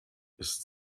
ist